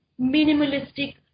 minimalistic